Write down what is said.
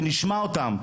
שנשמע אותם.